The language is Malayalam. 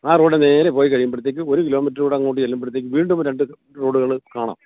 ആ റോഡ് നേരെ പോയി കഴിയുമ്പോഴത്തേക്കും ഒരു കിലോമീറ്റർ കൂടെ അങ്ങോട്ട് ചെല്ലുമ്പോഴത്തേക്കും വീണ്ടും രണ്ട് റോഡുകൾ കാണാം